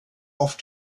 off